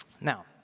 Now